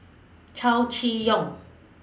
Chow Chee Yong